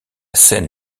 scène